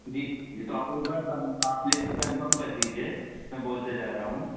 जी जी तो आप एक बार कं आप लिस्ट कंफ़र्म कर दीजिए मैं बोलते जा रहा हूँ